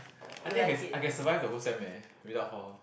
I think I can I can survive the whole sem eh without hall